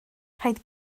rhaid